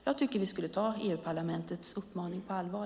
Jag tycker att vi ska ta EU-parlamentets uppmaning på allvar.